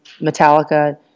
Metallica